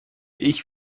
ich